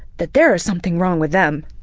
that there is something wrong with them,